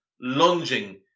Lunging